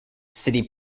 city